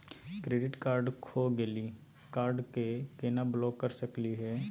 Credit card खो गैली, card क केना ब्लॉक कर सकली हे?